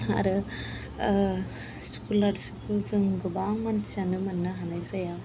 आरो स्क'लारशिपखौ जों गोबां मानसियानो मोननो हानाय जाया